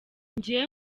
njye